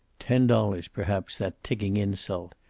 ten dollars, perhaps, that ticking insult.